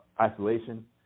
isolation